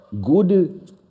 good